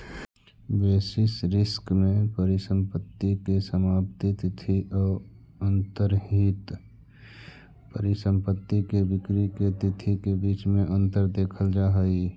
basis risk में परिसंपत्ति के समाप्ति तिथि औ अंतर्निहित परिसंपत्ति के बिक्री के तिथि के बीच में अंतर देखल जा हई